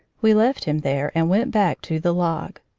we left him there and went back to the log.